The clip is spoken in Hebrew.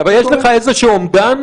אבל יש לך איזשהו אומדן?